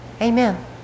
Amen